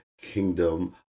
kingdom